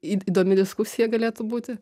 įd domi diskusija galėtų būti